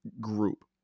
group